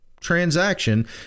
transaction